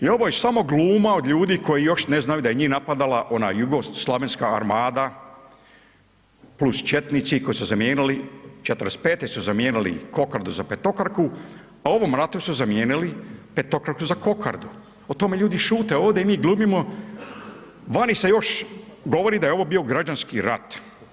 I ovo je samo gluma od ljudi koji još ne znaju da njih napadala ona jugoslavenska armada plus četnici koji su se zamijenili, '45. su zamijenili kokardu za petokraku a u ovom ratu su zamijenili petokraku za kokardu, o tome ljudi šute ovdje i mi glumimo, vani se još govori da je ovo bio građanski rat.